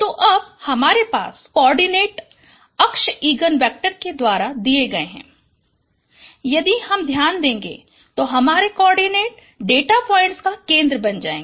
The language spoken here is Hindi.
तो अब हमारे कोआर्डिनेट अक्ष इगन वेक्टर के द्वारा दिए गए हैं यदि हम ध्यान देगे तो हमारे कोआर्डिनेट डेटा पॉइंट्स का केंद्र बन जायेगा